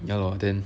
ya lor then